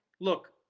look